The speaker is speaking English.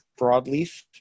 broadleaf